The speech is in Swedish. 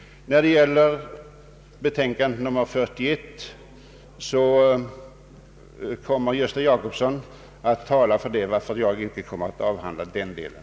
Vad gäller bevillningsutskottets betänkande nr 41 kommer herr Gösta Jacobsson att tala för reservanterna, varför jag inte kommer att avhandla den delen.